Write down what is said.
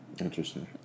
Interesting